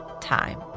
time